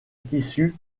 tissu